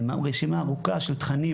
עם רשימה ארוכה של תכנים